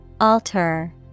Alter